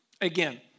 again